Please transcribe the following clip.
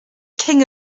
king